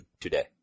today